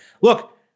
Look